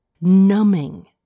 numbing